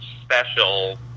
special